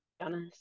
honest